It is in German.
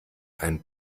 einen